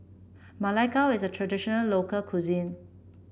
Ma Lai Gao is a traditional local cuisine